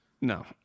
no